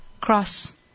cross